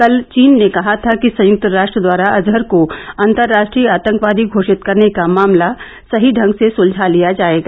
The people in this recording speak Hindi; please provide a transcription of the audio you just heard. कल चीन ने कहा था कि संयुक्त राष्ट्र द्वारा अजहर को अतंर्राश्ट्रीय आतंकवादी घोषित करने का मामला सही ढंग से सुलझा लिया जाएगा